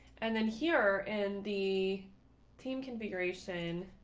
and then here in the team configuration.